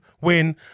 win